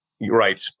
right